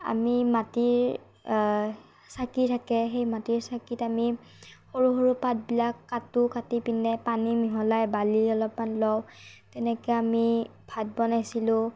আমি মাটিৰ চাকি থাকে সেই মাটিৰ চাকিত আমি সৰু সৰু পাতবিলাক কাটোঁ কাটি পিনে পানী মিহলাই বালি অলপমান লওঁ তেনেকৈ আমি ভাত বনাইছিলো